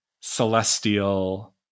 celestial